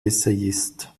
essayist